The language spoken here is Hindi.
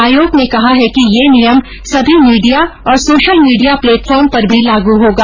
आयोग ने कहा है कि यह नियम सभी मीडिया और सोशल मीडिया प्लेटफार्म पर भी लागू होगा